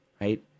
Right